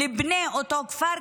לבני אותו כפר,